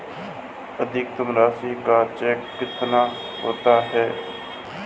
अधिकतम राशि का चेक कितना होता है?